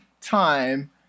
time